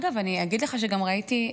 אגב, אני אגיד לך שגם ראיתי,